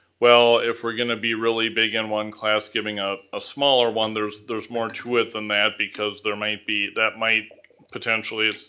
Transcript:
well, if we're gonna be really big in one class, giving a ah smaller one, there's there's more to it than that, because there might be, that might potentially,